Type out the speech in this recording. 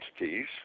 entities